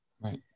right